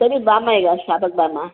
ಸರಿ ಬಾಮ್ಮ ಈಗ ಶಾಪಿಗೆ ಬಾಮ್ಮ